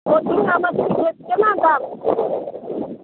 ओ सिङ्गहा मछलीके कोना दाम देबै